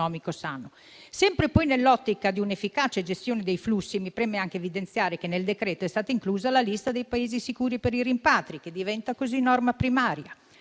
Sempre poi nell'ottica di un'efficace gestione dei flussi, mi preme anche evidenziare che nel decreto è stata inclusa la lista dei Paesi sicuri per i rimpatri, che diventa così norma primaria.